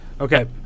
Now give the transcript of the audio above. Okay